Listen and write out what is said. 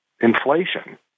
inflation